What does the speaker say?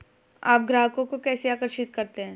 आप ग्राहकों को कैसे आकर्षित करते हैं?